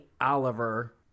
Oliver